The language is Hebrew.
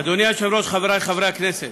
אדוני היושב-ראש, חברי חברי הכנסת,